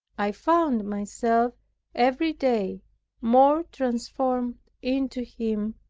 i found myself every day more transformed into him,